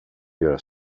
göra